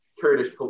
Kurdish